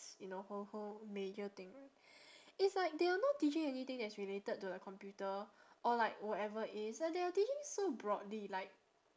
~s you know whole whole major thing it's like they are not teaching anything that's related to the computer or like whatever it is like they are teaching so broadly like